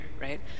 right